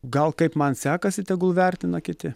gal kaip man sekasi tegul vertina kiti